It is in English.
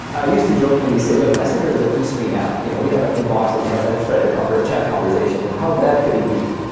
i used to jokingly say, look, messenger is a two-screen app. you know you have an inbox and you have a thread, a chat conversation. you know how bad could it be?